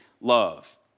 love